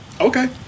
Okay